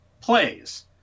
plays